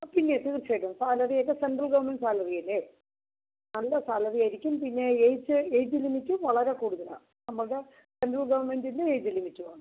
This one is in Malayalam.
ആ പിന്നെ തീർച്ചയായിട്ടും സാലറി ഒക്കെ സെൻട്രൽ ഗവൺമെൻറ്റ് സാലറി അല്ലേ നല്ല സാലറി ആയിരിക്കും പിന്നെ ഏജ് ഏജ് ലിമിറ്റും വളരെ കൂടുതലാണ് നമുക്ക് സെൻട്രൽ ഗവൺമെൻറ്റിന് ഏജ് ലിമിറ്റ് വേണം